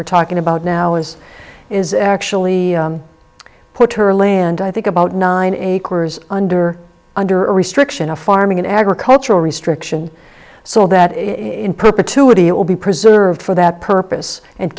were talking about now is is actually put her land i think about nine acres under under restriction of farming in agricultural restriction so that in perpetuity it will be preserved for that purpose and